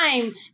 time